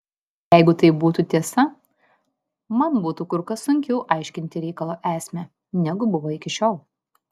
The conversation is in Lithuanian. jeigu tai būtų tiesa man būtų kur kas sunkiau aiškinti reikalo esmę negu buvo iki šiol